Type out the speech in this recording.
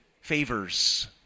favors